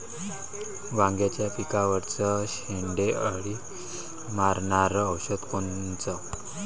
वांग्याच्या पिकावरचं शेंडे अळी मारनारं औषध कोनचं?